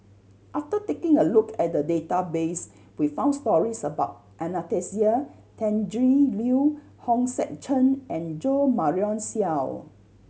after taking a look at the database we found stories about Anastasia Tjendri Liew Hong Sek Chern and Jo Marion Seow